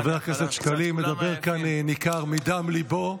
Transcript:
חבר הכנסת שקלים מדבר כאן, וניכר שמדם ליבו.